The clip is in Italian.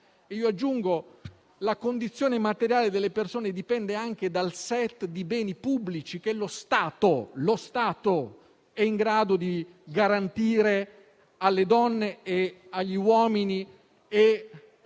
la condizione materiale delle persone dipende anche dal *set* di beni pubblici che lo Stato è in grado di garantire alle donne e agli uomini.